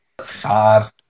sad